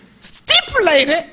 Stipulated